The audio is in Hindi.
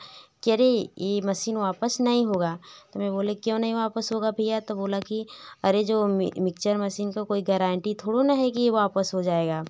कि अरे यह मसीन वापस नहीं होगा तो मैं बोली क्यों नहीं वापस होगा भैया तो बोला कि अरे जो मिक्चर मसीन को कोई गैरांटी थोड़ो न है कि यह वापस हो जाएगा